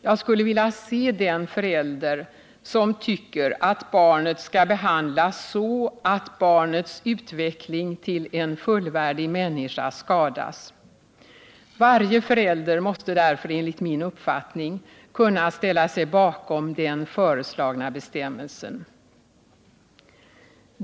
Jag skulle vilja se den förälder som tycker att barnet skall behandlas så att barnets utveckling till en fullvärdig människa skadas. Varje förälder måste därför enligt min uppfattning kunna ställa sig bakom den föreslagna bestämmelsen.